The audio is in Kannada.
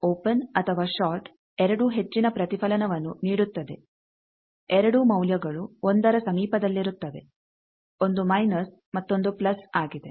ಓಪೆನ್ ಅಥವಾ ಷಾರ್ಟ್ ಎರಡೂ ಹೆಚ್ಚಿನ ಪ್ರತಿಫಲನವನ್ನು ನೀಡುತ್ತದೆ ಎರಡೂ ಮೌಲ್ಯಗಳು 1 ರ ಸಮೀಪದಲ್ಲಿರುತ್ತವೆ ಒಂದು ಮೈನಸ್ ಮತ್ತೊಂದು ಪ್ಲಸ್ ಆಗಿದೆ